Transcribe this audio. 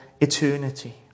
eternity